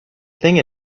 thing